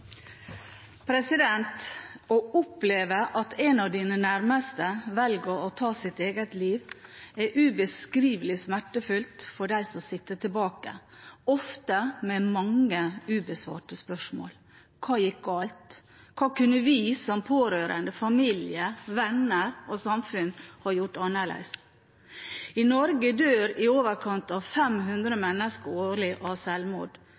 temaet. Å oppleve at en av ens nærmeste velger å ta sitt eget liv, er ubeskrivelig smertefullt for dem som sitter tilbake – ofte med mange ubesvarte spørsmål: Hva gikk galt? Hva kunne vi som pårørende, familie, venner og samfunn ha gjort annerledes? I Norge dør i overkant av 500